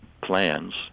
plans